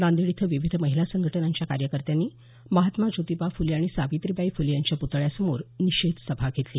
नांदेड इथं विविध महिला संघटनांच्या कार्यकर्त्यांनी महात्मा ज्योतिबा फुले आणि सावित्रीबाई फुले यांच्या पुतळ्यासमोर निषेध सभा घेतली